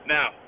Now